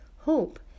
Hope